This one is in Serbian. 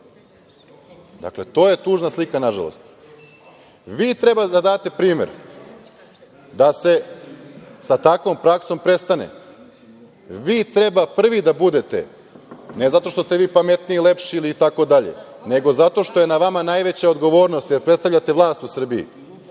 Dakle, to je tužna slika nažalost. Vi treba da date primer da se sa takvom praksom prestane. Vi treba prvi da budete, ne zato što ste vi pametniji, lepši itd. nego zato što je na vama najveća odgovornost, jer predstavljate vlast u Srbiji,